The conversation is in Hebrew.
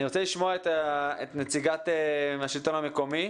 אני רוצה לשמוע את נציגת השלטון המקומי,